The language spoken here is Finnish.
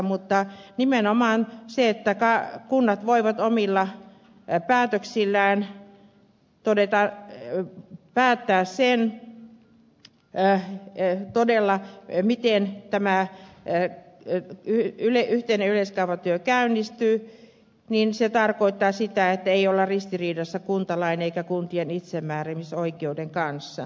mutta nimenomaan se että kunnat voivat omilla päätöksillään päättää sen miten tämä yhteinen yleiskaavatyö käynnistyy tarkoittaa sitä että ei olla ristiriidassa kuntalaisten eikä kuntien itsemääräämisoikeuden kanssa